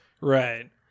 right